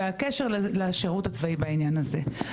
והקשר לשירות הצבאי בעניין הזה.